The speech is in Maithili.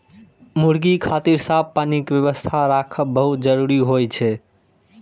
मुर्गी खातिर साफ पानी के व्यवस्था राखब बहुत जरूरी होइ छै